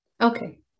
Okay